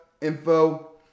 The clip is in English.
info